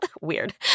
Weird